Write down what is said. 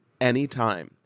anytime